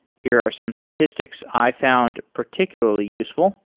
here are some statistics i found particularly useful.